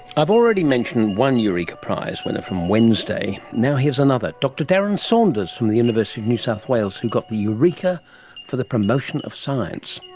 i've already mentioned one eureka prize winner from wednesday, now here's another, dr darren saunders from the university of new south wales who got the eureka for the promotion of science.